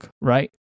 right